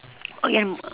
oh you want to